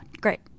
great